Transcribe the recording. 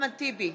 אחמד טיבי,